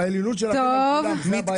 העליונות שלכם מעל כולם, זאת הבעיה.